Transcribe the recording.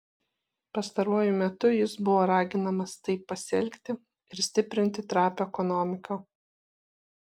pastaruoju metu jis buvo raginamas taip pasielgti ir stiprinti trapią ekonomiką